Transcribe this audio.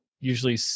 usually